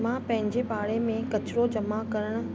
मां पंहिंजे पाड़े में किचरो जमा करणु